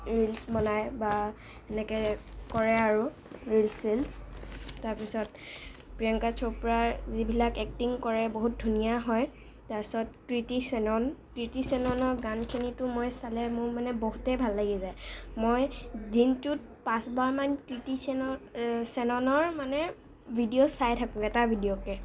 reels বনায় বা এনেকৈ কৰে আৰু ৰিলচ চিলচ তাৰপিছত প্ৰিয়ংকা চোপ্ৰাৰ যিবিলাক এক্টিং কৰে বহুত ধুনীয়া হয় তাৰপিছত কৃটি শ্বেনন কৃটি শ্বেননৰ গানখিনিটো মই চালে মোৰ মানে বহুতে ভাল লাগি যায় মই দিনটোত পাঁচবাৰমান কৃটি শ্বেননৰ শ্ৱেননৰ মানে ভিডিঅ' চাই থাকোঁ এটা ভিডিঅ'কে